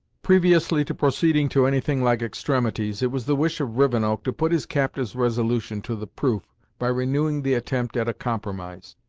previously to proceeding to any thing like extremities, it was the wish of rivenoak to put his captive's resolution to the proof by renewing the attempt at a compromise.